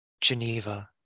Geneva